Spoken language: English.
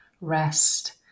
rest